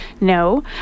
No